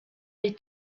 les